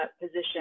position